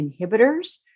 inhibitors